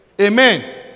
Amen